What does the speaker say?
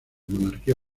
monarquía